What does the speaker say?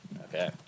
Okay